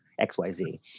XYZ